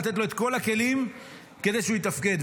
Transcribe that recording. לתת לו את כל הכלים כדי שהוא יתפקד.